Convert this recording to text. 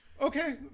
okay